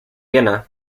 viena